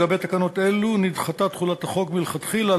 לגבי תקנות אלו נדחתה תחילת החוק מלכתחילה,